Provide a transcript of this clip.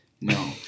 no